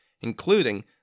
including